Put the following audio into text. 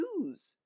choose